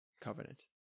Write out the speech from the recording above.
covenant